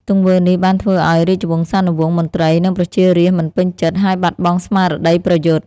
ទង្វើនេះបានធ្វើឱ្យរាជវង្សានុវង្ស មន្ត្រី និងប្រជារាស្ត្រមិនពេញចិត្ត ហើយបាត់បង់ស្មារតីប្រយុទ្ធ។